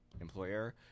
employer